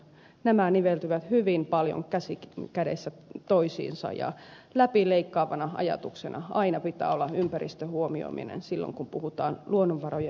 nämä niveltyvät hyvin paljon käsi kädessä toisiinsa ja läpileikkaavana ajatuksena aina pitää olla ympäristön huomioiminen silloin kun puhutaan luonnonvarojen hyödyntämisestä